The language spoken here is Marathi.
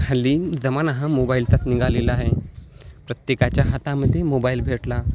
हल्ली जमाना हा मोबाईलचाच निघालेला आहे प्रत्येकाच्या हातामध्ये मोबाईल भेटला